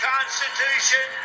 Constitution